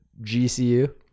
GCU